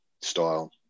style